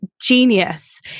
genius